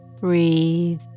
Breathe